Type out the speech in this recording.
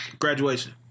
graduation